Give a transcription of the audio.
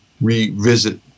revisit